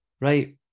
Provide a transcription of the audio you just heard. right